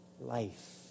life